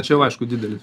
čia jau aišku didelis